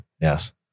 Yes